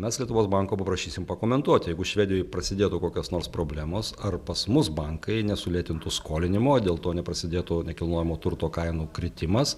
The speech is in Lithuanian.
mes lietuvos banko paprašysim pakomentuoti jeigu švedijoj prasidėtų kokios nors problemos ar pas mus bankai nesulėtintų skolinimo dėl to neprasidėtų nekilnojamo turto kainų kritimas